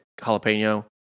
jalapeno